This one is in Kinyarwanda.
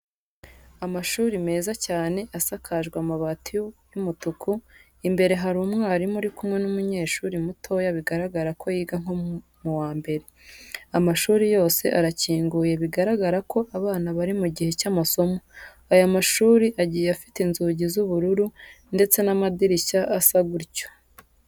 Amashuri meza cyane asakajwe amabati y'umutuku, imbere hari umwarimu uri kumwe n'umunyeshuri mutoya bigaragara ko yiga nko mu wa mbere. Amashuri yose arakinguye bigaragara ko abana bari mu gihe cy'amasomo. Aya mashuri agiye afite inzugi z'ubururu ndetse n'amadirishya asa gutyo.